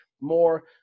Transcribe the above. More